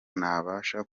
nabasha